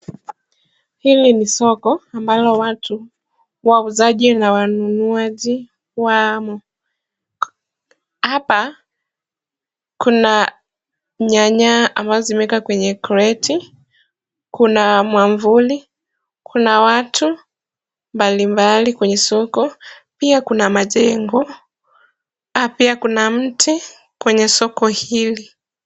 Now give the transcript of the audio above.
Hili ni soko ambalo watu, wauzaji na wanunuaji wamo. Hapa kuna nyanya ambazo zimewekwa kwenye kreti, kuna mwavuli, kuna watu mbalimbali kwenye soko, pia kuna majengo na pia kuna mti kwenye soko hili.